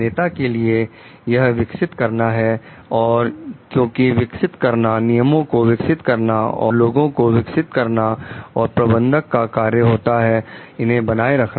नेता के लिए यह विकसित करना है और क्यों को विकसित करना नियमों को विकसित करना और लोगों को विकसित करना और प्रबंधक का कार्य होता है इन्हें बनाए रखना